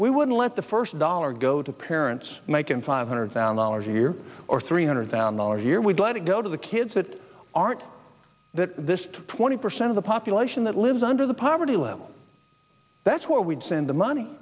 we would let the first dollar go to parents making five hundred thousand dollars a year or three hundred thousand dollars a year we'd let it go to the kids that aren't that this twenty percent of the population that lives under the poverty level that's where we send the money